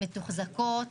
מתוחזקות,